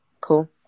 Cool